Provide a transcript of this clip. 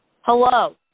Hello